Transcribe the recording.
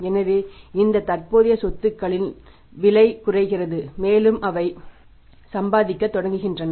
எனவே இந்த தற்போதைய சொத்துக்களின் விலை குறைகிறது மேலும் அவை சம்பாதிக்கத் தொடங்குகின்றன